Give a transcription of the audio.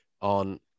on